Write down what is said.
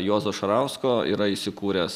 juozo šarausko yra įsikūręs